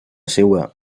seua